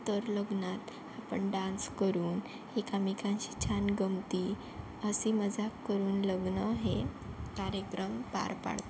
तर लग्नात आपण डान्स करून एकामेकांशी छान गंमती हसी मजाक करून लग्न हे कार्यक्रम पार पाडतो